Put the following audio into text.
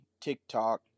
TikTok